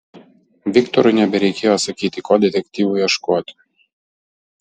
viktorui nebereikėjo sakyti ko detektyvui ieškoti